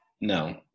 No